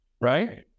right